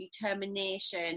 determination